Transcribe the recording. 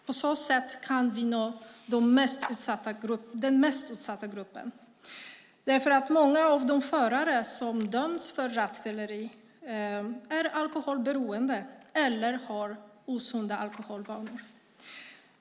På så sätt kan vi nå den mest utsatta gruppen, därför att många av de förare som dömts för rattfylleri är alkoholberoende eller har osunda alkoholvanor.